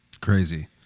Crazy